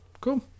Cool